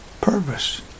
purpose